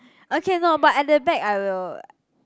okay no but at the back I will